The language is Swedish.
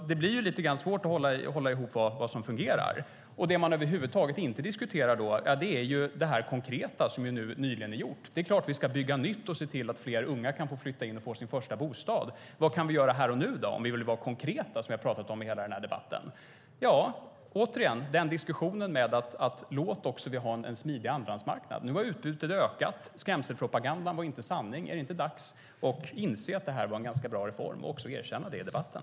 Det blir lite svårt att hålla ihop vad som fungerar. Det man över huvud taget inte diskuterar är det konkreta som nyligen är gjort. Det är klart att vi ska bygga nytt och se till att fler unga kan få sin första bostad och flytta in. Vad kan vi göra här och nu om vi vill vara konkreta, som vi har pratat om under hela denna debatt? Ja, återigen är det diskussionen: Låt oss ha en smidig andrahandsmarknad! Nu har utbudet ökat. Skrämselpropagandan var inte sanning. Är det inte dags att inse att det var en ganska bra reform och också erkänna det i debatten?